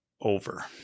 over